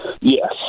Yes